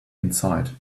inside